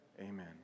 amen